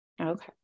okay